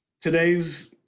today's